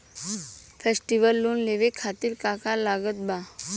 Festival loan लेवे खातिर का का लागत बा?